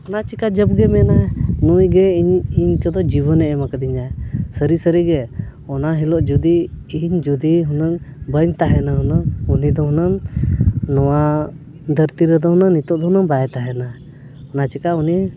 ᱚᱱᱟ ᱪᱤᱠᱟᱹ ᱡᱚᱵᱜᱮ ᱢᱮᱱᱟ ᱱᱩᱭᱜᱮ ᱤᱧ ᱤᱧ ᱠᱚᱫᱚ ᱡᱤᱵᱚᱱᱮ ᱮᱢ ᱟᱠᱟᱫᱤᱧᱟᱹ ᱥᱟᱹᱨᱤ ᱥᱟᱹᱨᱤᱜᱮ ᱚᱱᱟ ᱦᱤᱞᱳᱜ ᱡᱩᱫᱤ ᱤᱧ ᱡᱩᱫᱤ ᱦᱩᱱᱟᱹᱝ ᱵᱟᱹᱧ ᱛᱟᱦᱮᱱᱟ ᱦᱩᱱᱟᱹᱝ ᱩᱱᱤᱫᱚ ᱦᱩᱱᱟᱹᱝ ᱱᱚᱣᱟ ᱫᱷᱟᱹᱨᱛᱤ ᱨᱮᱫᱚ ᱦᱩᱱᱟᱹᱝ ᱱᱤᱛᱳᱜ ᱫᱚ ᱦᱩᱱᱟᱹᱝ ᱵᱟᱭ ᱛᱟᱦᱮᱱᱟ ᱚᱱᱟ ᱪᱤᱠᱟᱹ ᱩᱱᱤ